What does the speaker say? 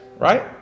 right